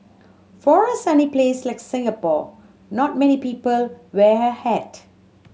for a sunny place like Singapore not many people wear a hat